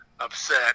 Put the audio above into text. Upset